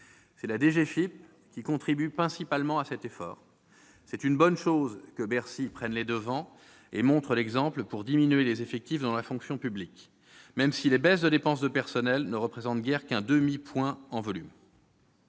C'est la DGFiP qui contribue principalement à cet effort ; il est bon que Bercy prenne les devants et montre l'exemple pour diminuer les effectifs dans la fonction publique, même si les baisses de dépenses de personnel ne représentent guère qu'un demi-point en volume.